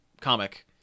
comic